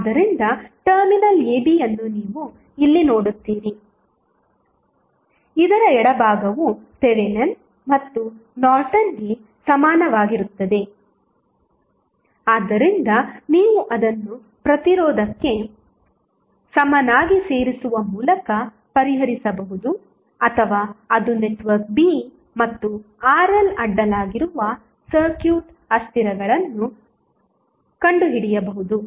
ಆದ್ದರಿಂದ ಟರ್ಮಿನಲ್ abಯನ್ನು ನೀವು ಇಲ್ಲಿ ನೋಡುತ್ತೀರಿ ಇದರ ಎಡಭಾಗವು ಥೆವೆನಿನ್ ಮತ್ತು ನಾರ್ಟನ್ಗೆ ಸಮನಾಗಿರುತ್ತದೆ ಆದ್ದರಿಂದ ನೀವು ಅದನ್ನು ಪ್ರತಿರೋಧಕ್ಕೆ ಸಮನಾಗಿ ಸೇರಿಸುವ ಮೂಲಕ ಪರಿಹರಿಸಬಹುದು ಅಥವಾ ಅದು ನೆಟ್ವರ್ಕ್ b ಮತ್ತು RL ಅಡ್ಡಲಾಗಿರುವ ಸರ್ಕ್ಯೂಟ್ ಅಸ್ಥಿರಗಳನ್ನು ಕಂಡುಹಿಡಿಯಬಹುದು